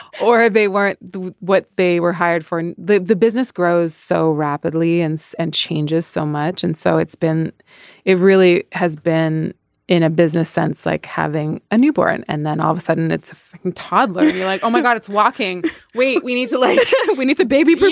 or or they weren't what they were hired for the the business grows so rapidly and so and changes so much and so it's been it really has been in a business sense like having a newborn and then all of a sudden it's a toddler you're like oh my god it's walking we we need to like we need the baby baby